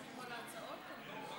אדוני, לרשותך.